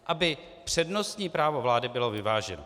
Aby přednostní právo vlády bylo vyváženo.